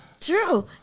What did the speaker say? True